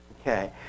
Okay